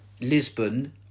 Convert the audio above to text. Lisbon